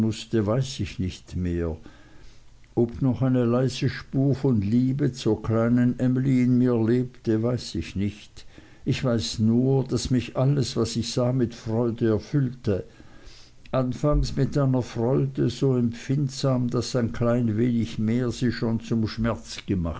weiß ich nicht mehr ob noch eine leise spur von liebe zur kleinen emly in mir lebte weiß ich nicht ich weiß nur daß mich alles was ich sah mit freude erfüllte anfangs mit einer freude so empfindsam daß ein klein wenig mehr sie schon zum schmerz